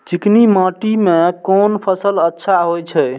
चिकनी माटी में कोन फसल अच्छा होय छे?